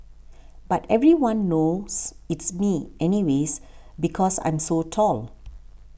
but everyone knows it's me anyways because I'm so tall